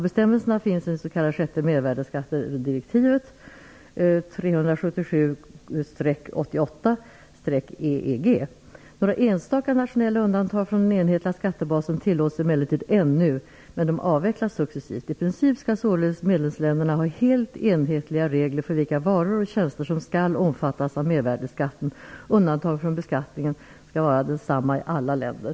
Bestämmelserna finns i det s.k. sjätte mervärdesskattedirektivet . Några enstaka nationella undantag från den enhetliga skattebasen tillåts emellertid ännu, men de avvecklas successivt. I princip skall således medlemsländerna ha helt enhetliga regler för vilka varor och tjänster som skall omfattas av mervärdesskatten, och undantagen från beskattningen skall vara desamma i alla länder."